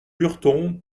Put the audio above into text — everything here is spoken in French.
lurton